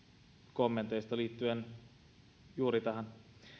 kommenteista liittyen juuri tähän